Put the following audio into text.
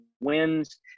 wins